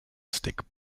stick